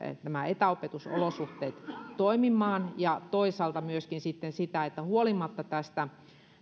nämä etäopetusolosuhteet toimimaan ja toisaalta myöskin siitä että huolimatta tästä